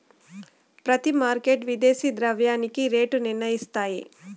ప్రతి మార్కెట్ విదేశీ ద్రవ్యానికి రేటు నిర్ణయిస్తాయి